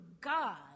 God